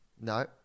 No